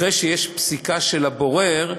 אחרי שיש פסיקה של הבורר,